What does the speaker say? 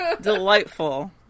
Delightful